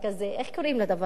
איך קוראים לדבר הזה?